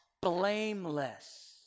blameless